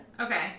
Okay